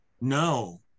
No